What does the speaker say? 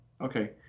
okay